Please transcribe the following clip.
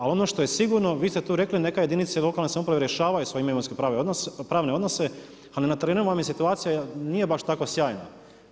Ali ono što je sigurno vi ste tu rekli neka jedinice lokalne samouprave rješavaju svoje imovinsko-pravne odnose, a na terenu vam je situacija nije baš tako sjajna.